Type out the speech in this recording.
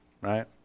right